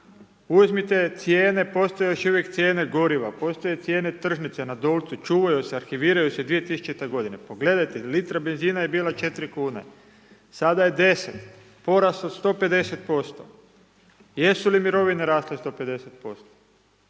Uzmite cijene, postoje još uvijek cijene goriva, postoje cijene Tržnice na Dolcu, čuvaju se, arhiviraju se 2000 godine, pogledajte, litra benzina je bila 4,00 kn, sada je 10,00 kn, porast od 150%. Jesu li mirovine rasle 150%?